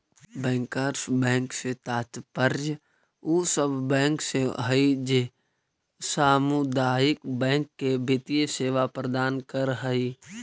bankers bank से तात्पर्य उ सब बैंक से हइ जे सामुदायिक बैंक के वित्तीय सेवा प्रदान करऽ हइ